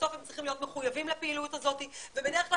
בסוף הם צריכים להיות מחויבים לפעילות הזאת ובדרך כלל